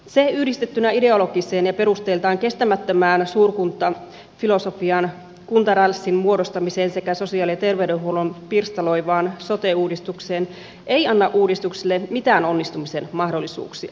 se yhdistettynä ideologiseen ja perusteiltaan kestämättömään suurkuntafilosofiaan kuntarälssin muodostamiseen sekä sosiaali ja terveydenhuollon pirstaloivaan sote uudistukseen ei anna uudistukselle mitään onnistumisen mahdollisuuksia